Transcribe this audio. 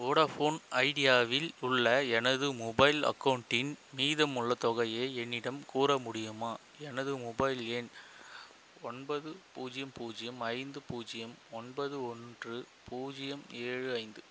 Vodafone ஐடியாவில் உள்ள எனது மொபைல் அக்கௌண்ட்டின் மீதம் உள்ள தொகையை என்னிடம் கூற முடியுமா எனது மொபைல் எண் ஒன்பது பூஜ்ஜியம் பூஜ்ஜியம் ஐந்து பூஜ்ஜியம் ஒன்பது ஒன்று பூஜ்ஜியம் ஏழு ஐந்து